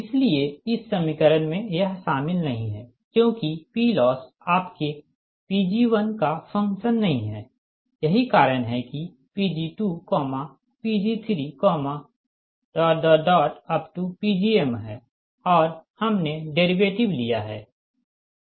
इसीलिए इस समीकरण में यह शामिल नहीं है क्योंकि PLoss आपके Pg1का फंक्शन नहीं है यही कारण है कि यह Pg2Pg3Pgm है और हमने डेरीवेटिव लिया है